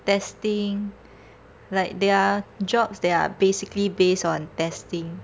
testing like their jobs that are basically based on testing